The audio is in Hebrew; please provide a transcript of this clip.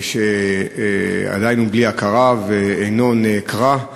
עדיין הוא בלי הכרה ועינו נעקרה,